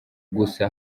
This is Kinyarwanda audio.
gusa